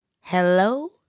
Hello